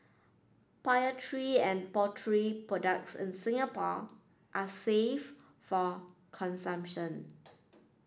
and poultry products in Singapore are safe for consumption